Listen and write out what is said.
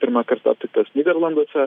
pirmą kartą aptiktas nyderlanduose